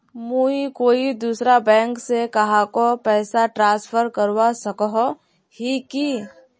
मुई कोई दूसरा बैंक से कहाको पैसा ट्रांसफर करवा सको ही कि?